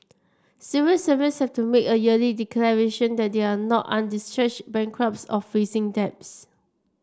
civil servants have to make a yearly declaration that they are not undischarged bankrupts or facing debts